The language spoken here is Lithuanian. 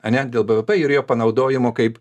ane dėl bvp ir jo panaudojimo kaip